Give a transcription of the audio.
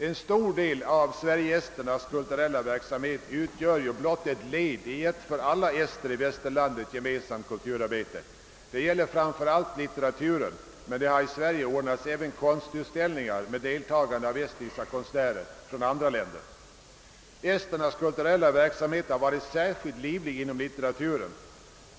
En stor del av Sverige-esternas kulturella verksamhet utgör ju blott ett led i ett för alla ester i Västerlandet gemensamt kulturarbete. Det gäller framför allt litteraturen, men i Sverige har det även ordnats konstutställningar med deltagande av estniska konstnärer från andra länder. Esternas kulturella verksamhet har varit särskilt livlig inom litteraturen.